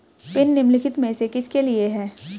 Pin निम्नलिखित में से किसके लिए है?